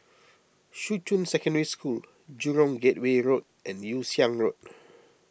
Shuqun Secondary School Jurong Gateway Road and Yew Siang Road